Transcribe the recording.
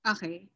Okay